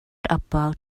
about